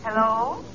Hello